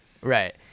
Right